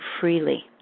freely